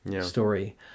story